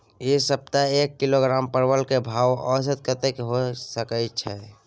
ऐ सप्ताह एक किलोग्राम परवल के भाव औसत कतेक होय सके छै?